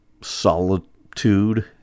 solitude